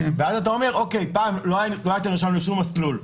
ואז אתה אומר: פעם לא היית נרשם לשום מסלול,